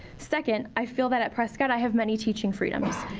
second, i feel that at prescott i have many teaching freedoms.